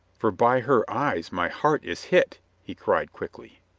for by her eyes my heart is hit, he cried quickly.